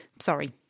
Sorry